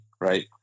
right